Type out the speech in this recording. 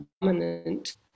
dominant